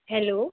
hello